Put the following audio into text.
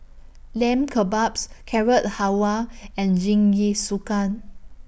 Lamb Kebabs Carrot Halwa and Jingisukan